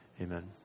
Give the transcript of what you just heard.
amen